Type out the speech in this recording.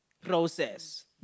process